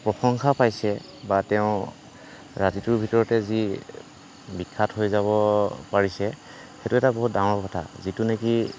প্ৰশংসা পাইছে বা তেওঁ ৰাতিটোৰ ভিতৰতে যি বিখ্যাত হৈ যাব পাৰিছে সেইটো এটা বহুত ডাঙৰ কথা যিটো নেকি